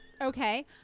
Okay